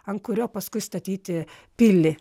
ant kurio paskui statyti pilį